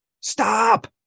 stop